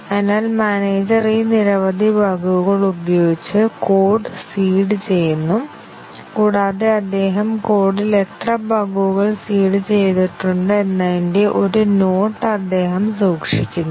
അതിനാൽ മാനേജർ ഈ നിരവധി ബഗുകൾ ഉപയോഗിച്ച് കോഡ് സീഡ് ചെയ്യുന്നു കൂടാതെ അദ്ദേഹം കോഡിൽ എത്ര ബഗ്ഗുകൾ സീഡ് ചെയ്തിട്ടുണ്ട് എന്നതിന്റെ ഒരു നോട്ട് അദ്ദേഹം സൂക്ഷിക്കുന്നു